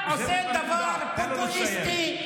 אתה עושה דבר פופוליסטי,